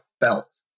felt